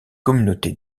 communauté